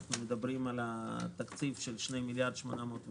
אנחנו מדברים על תקציב של 2.86 מיליארד שקל.